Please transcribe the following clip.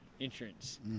entrance